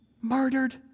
murdered